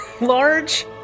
large